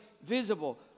Visible